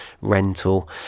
rental